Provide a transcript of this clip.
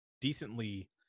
decently